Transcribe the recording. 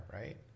right